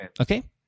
Okay